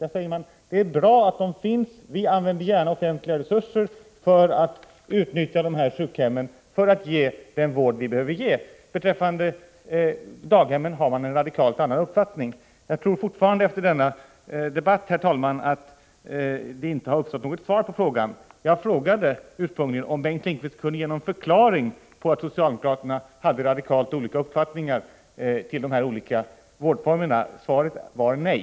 Där säger man: Det är bra att de finns, vi använder gärna offentliga resurser för att utnyttja dessa sjukhem till att ge den vård vi behöver ge. Beträffande daghemmen har man en radikalt annan uppfattning. Jag tror fortfarande efter denna debatt, herr talman, att jag inte har fått något svar på frågan. Jag frågade ursprungligen om Bengt Lindqvist kunde ge någon förklaring till att socialdemokraterna hade radikalt olika uppfattningar när det gäller dessa olika vårdformer. Svaret var nej.